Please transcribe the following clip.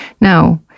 now